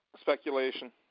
speculation